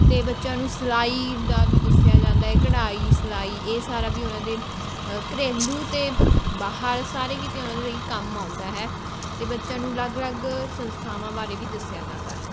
ਅਤੇ ਬੱਚਿਆਂ ਨੂੰ ਸਿਲਾਈ ਦਾ ਵੀ ਦੱਸਿਆ ਜਾਂਦਾ ਹੈ ਕਢਾਈ ਸਿਲਾਈ ਇਹ ਸਾਰਾ ਵੀ ਉਨ੍ਹਾਂ ਦੇ ਘਰੇਲੂ ਅਤੇ ਬਾਹਰ ਸਾਰੇ ਕਿਤੇ ਉਨ੍ਹਾਂ ਲਈ ਕੰਮ ਆਉਂਦਾ ਹੈ ਅਤੇ ਬੱਚਿਆਂ ਨੂੰ ਅਲੱਗ ਅਲੱਗ ਸੰਸਥਾਵਾਂ ਬਾਰੇ ਵੀ ਦੱਸਿਆ ਜਾਂਦਾ ਹੈ